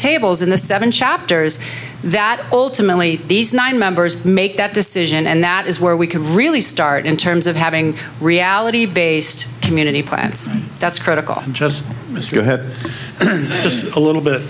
tables in the seven chapters that ultimately these nine members make that decision and that is where we can really start in terms of having a reality based community plants that's critical just as your head just a little bit